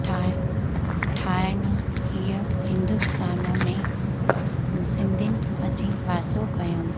ठाहे ठाइनि हीअं हिंदुस्तान में सिंधियुनि अची वासो कयूं